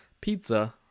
pizza